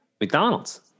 McDonald's